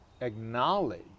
acknowledge